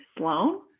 Sloan